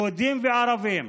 יהודים וערבים,